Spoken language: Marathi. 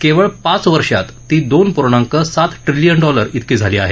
केवळ पाच वर्षात ती दोन पूर्णांक सात ट्रिलियन डॉलर ब्रिकी झाली आहे